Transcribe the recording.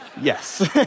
yes